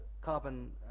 carbon